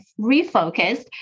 refocused